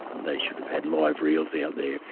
they should have had live reels out there.